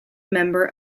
member